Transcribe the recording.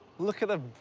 look at the